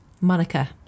Monica